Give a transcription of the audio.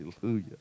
hallelujah